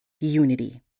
unity